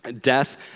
death